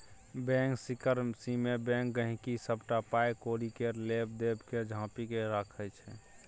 bank सिकरेसीमे bank गांहिकीक सबटा पाइ कौड़ी केर लेब देब केँ झांपि केँ राखय छै